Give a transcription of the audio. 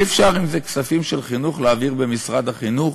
אי-אפשר להעביר כספים של חינוך במשרד החינוך?